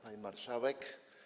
Pani Marszałek!